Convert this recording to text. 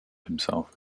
himself